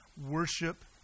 worship